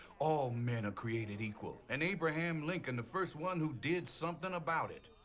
all men are created equal, and abraham lincoln, the first one who did something about it.